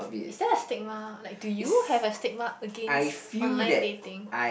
is there a stigma like do you have a stigma against online dating